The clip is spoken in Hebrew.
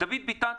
דוד ביטן,